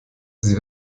sie